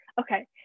okay